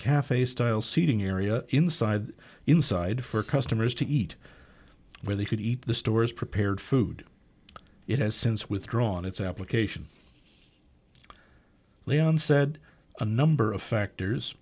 cafe style seating area inside inside for customers to eat where they could eat the store's prepared food it has since withdrawn its application leon said a number of